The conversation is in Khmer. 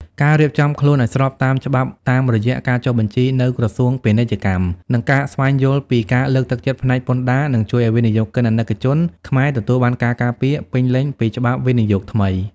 ការរៀបចំខ្លួនឱ្យស្របតាមច្បាប់តាមរយៈការចុះបញ្ជីនៅ ក្រសួងពាណិជ្ជកម្ម និងការស្វែងយល់ពី ការលើកទឹកចិត្តផ្នែកពន្ធដារ នឹងជួយឱ្យវិនិយោគិនអាណិកជនខ្មែរទទួលបានការការពារពេញលេញពីច្បាប់វិនិយោគថ្មី។